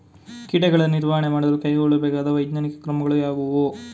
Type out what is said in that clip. ಕೀಟಗಳ ನಿರ್ವಹಣೆ ಮಾಡಲು ಕೈಗೊಳ್ಳಬೇಕಾದ ವೈಜ್ಞಾನಿಕ ಕ್ರಮಗಳು ಯಾವುವು?